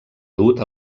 dut